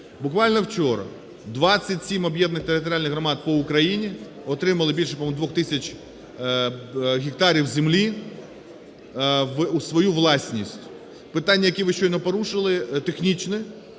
Буквально вчора 27 об'єднаних територіальних громад по Україні отримали, по-моєму, більше 2 тисяч гектарів землі у свою власність. Питання, які ви щойно порушили, технічні.